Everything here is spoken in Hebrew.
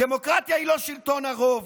דמוקרטיה היא לא שלטון הרוב,